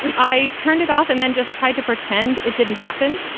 i turned it off and then just tried to pretend it didn't happen.